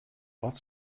wat